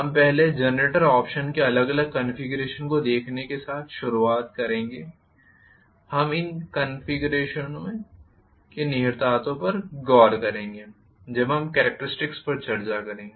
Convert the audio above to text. हम पहले generator operation के अलग अलग कॉन्फ़िगरेशन को देखने के साथ शुरू करेंगे हम इन कनेक्शनों के निहितार्थों पर गौर करेंगे जब हम कॅरेक्टरिस्टिक्स पर चर्चा करेंगे